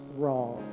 wrong